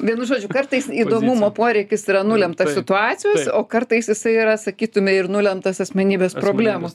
vienu žodžiu kartais įdomumo poreikis yra nulemtas situacijos o kartais jisai yra sakytume ir nulemtas asmenybės problemų